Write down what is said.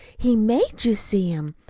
he made you see em.